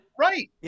Right